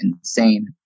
insane